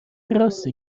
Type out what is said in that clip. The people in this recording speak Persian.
راسته